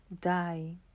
die